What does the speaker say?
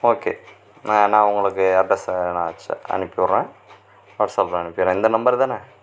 okay நான் நான் உங்களுக்கு அட்ரஸை நான் அனுப்பிவிடுறேன் வாட்ஸ் அப்பில் அனுப்பிவிடுறேன் இந்த நம்பர் தானே